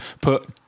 put